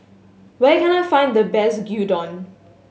where can I find the best Gyudon